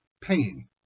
Pain